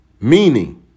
Meaning